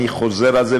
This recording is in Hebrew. אני חוזר על זה,